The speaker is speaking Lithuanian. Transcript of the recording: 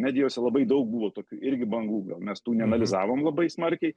medijose labai daug buvo tokių irgi bangų mes tų neanalizavom labai smarkiai